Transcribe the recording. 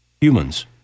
humans